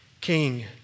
king